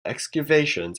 excavations